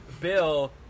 Bill